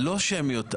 לא שמיות.